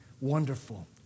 wonderful